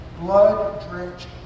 blood-drenched